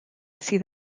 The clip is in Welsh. sydd